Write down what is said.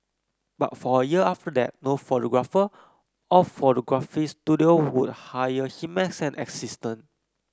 but for a year after that no photographer or photography studio would hire him as an assistant